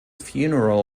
funeral